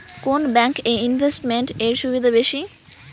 কোন ব্যাংক এ ইনভেস্টমেন্ট এর সুবিধা বেশি?